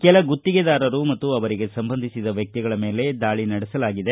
ಕೆಲ ಗುತ್ತಿಗೆದಾರರು ಮತ್ತು ಅವರಿಗೆ ಸಂಬಂಧಿಸಿದ ವ್ಯಕ್ತಿಗಳ ಮೇಲೆ ದಾಳಿ ನಡೆಸಲಾಗಿದೆ